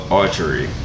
archery